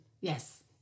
Yes